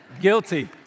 Guilty